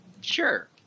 sure